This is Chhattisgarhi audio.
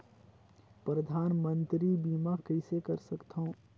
परधानमंतरी बीमा कइसे कर सकथव?